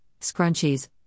scrunchies